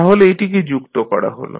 তাহলে এটিকে যুক্ত করা হল